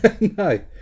No